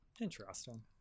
Interesting